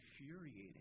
infuriating